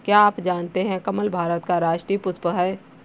क्या आप जानते है कमल भारत का राष्ट्रीय पुष्प है?